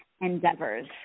endeavors